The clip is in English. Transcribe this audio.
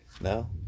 No